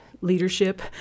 leadership